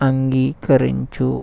అంగీకరించు